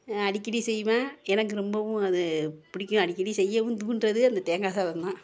அடிக்கடி செய்வேன் எனக்கு ரொம்பவும் அது பிடிக்கும் அடிக்கடி செய்யவும் இது பண்றதே அந்த தேங்காய் சாதம்தான்